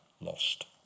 lost